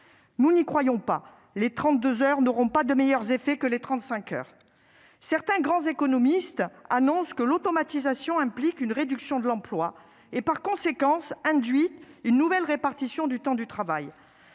Nous n'y croyons pas : les 32 heures n'auront pas davantage d'effet que les 35 heures. Certains grands économistes annoncent que l'automatisation implique une réduction de l'emploi et, par conséquent, une nouvelle répartition du temps de travail.